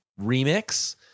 remix